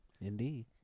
Indeed